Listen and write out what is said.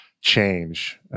Change